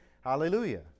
Hallelujah